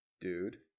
dude